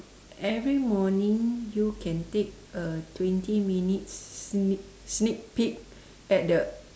every morning you can take a twenty minutes sneak sneak peek at the